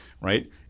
right